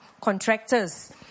contractors